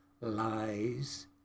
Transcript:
lies